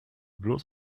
bloß